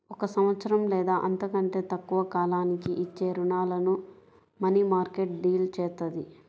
ఒక సంవత్సరం లేదా అంతకంటే తక్కువ కాలానికి ఇచ్చే రుణాలను మనీమార్కెట్ డీల్ చేత్తది